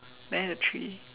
man at a tree